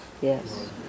Yes